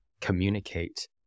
communicate